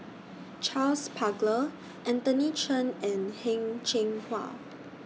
Charles Paglar Anthony Chen and Heng Cheng Hwa